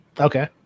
Okay